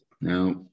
Now